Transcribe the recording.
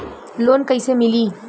Loan कइसे मिलि?